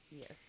Yes